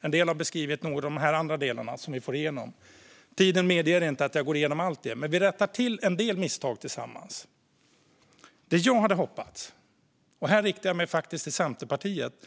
En del har beskrivit några av de andra delarna som vi får igenom. Tiden medger inte att vi går igenom alla, men vi rättar till en del misstag tillsammans. Här riktar jag mig till Centerpartiet.